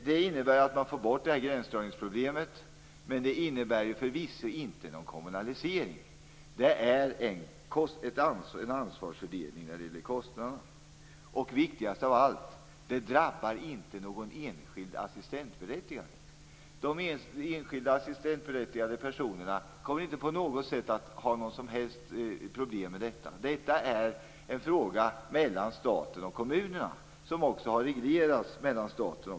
Det innebär att man får bort gränsdragningsproblemet, men det innebär förvisso inte någon kommunalisering. Det handlar om en ansvarsfördelning när det gäller kostnaderna. Och viktigast av allt: Det drabbar inte någon enskild assistentberättigad. De enskilda assistentberättigade personerna kommer inte på något sätt att ha problem med detta. Detta är en fråga mellan staten och kommunerna, som också har reglerats dem emellan.